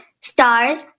stars